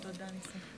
תודה, ניסים.